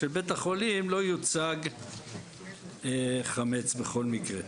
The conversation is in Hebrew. שבית החולים לא יוצג חמץ בכל מקרה.